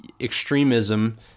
extremism